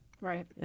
Right